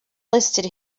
listed